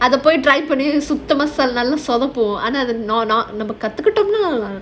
சுத்தமா ஆனா நம்ம கத்துக்கிட்டோம்னா:suthamaa aanaa namma kathukitomnaa